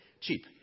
cheap